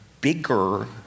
bigger